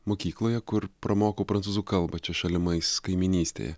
mokykloje kur pramokau prancūzų kalbą čia šalimais kaimynystėje